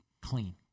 clean